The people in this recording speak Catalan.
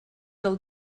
del